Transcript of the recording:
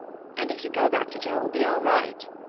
and if you go back to joe it will be all right?